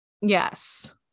Yes